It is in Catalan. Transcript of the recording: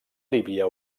líbia